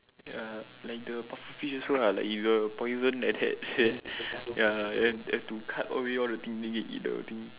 ya like the pufferfish also ah like the poison ya have to cut away all then thing then can eat the thing